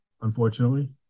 unfortunately